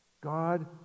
God